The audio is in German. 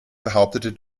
behauptet